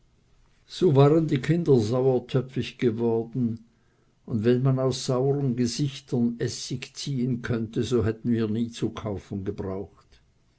so waren die kinder sauertöpfig geworden und wenn man aus sauern gesichtern essig ziehen könnte so hätten wir nie zu kaufen gebraucht